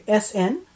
SN